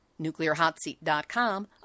nuclearhotseat.com